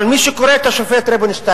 אבל מי שקורא מה כתב השופט רובינשטיין,